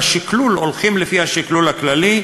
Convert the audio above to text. בשקלול הולכים לפי השקלול הכללי,